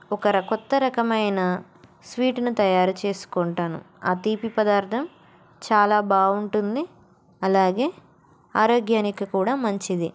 ఒక కొత్త రకమైన స్వీట్ను తయారు చేసుకుంటాను ఆ తీపి పదార్థం చాలా బాగుంటుంది అలాగే ఆరోగ్యానికి కూడా మంచిది